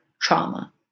trauma